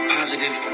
positive